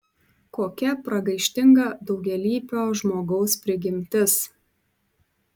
kokia pragaištinga daugialypio žmogaus prigimtis